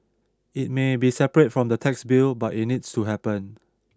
it may be separate from the tax bill but it needs to happen